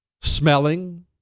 Smelling